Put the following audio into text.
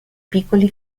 piccoli